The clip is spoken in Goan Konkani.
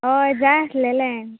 होय जाय आसलेलें